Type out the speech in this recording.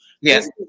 Yes